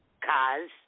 cars